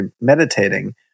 meditating